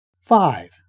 Five